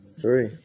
three